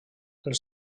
els